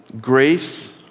grace